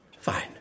Fine